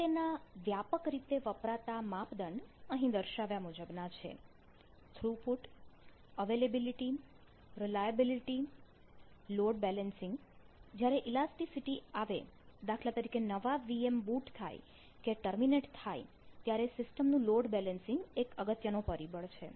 આ માટેના વ્યાપક રીતે વપરાતા માપદંડ અહીં દર્શાવ્યા મુજબના છે throughput availability reliability load balancing જ્યારે ઇલાસ્ટિસિટિ આવે દાખલા તરીકે નવા VM બુટ થાય કે ટર્મિનેટ થાય ત્યારે સિસ્ટમનું લોડ બેલેન્સિંગ એક અગત્યનો પરિબળ છે